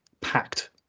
packed